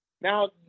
Now